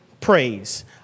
praise